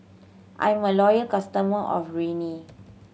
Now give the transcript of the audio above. I am a loyal customer of Rene